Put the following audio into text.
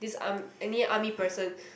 this arm~ any army person